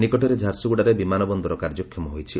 ନିକଟରେ ଝାରସୁଗୁଡ଼ାରେ ବିମାନ ବନ୍ଦର କାର୍ଯ୍ୟକ୍ଷମ ହୋଇଛି